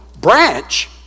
Branch